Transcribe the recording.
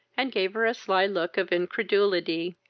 and gave her a sly look of incredulity,